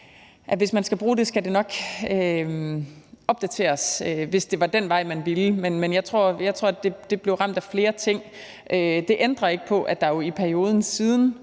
hvis man skal bruge det, skal det nok opdateres, altså hvis det var den vej, man ville. Men jeg tror, det blev ramt af flere ting. Det ændrer ikke på, at der jo i perioden siden